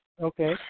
Okay